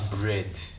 bread